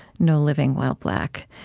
no living while black.